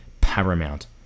paramount